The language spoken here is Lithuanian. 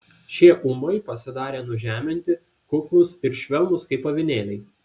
šie ūmai pasidarė nužeminti kuklūs ir švelnūs kaip avinėliai